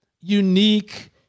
unique